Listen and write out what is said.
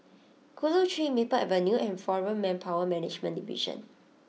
Chulia Tree Maple Avenue and Foreign Manpower Management Division